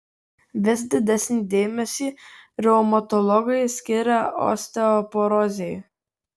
vis didesnį dėmesį reumatologai skiria osteoporozei